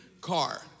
car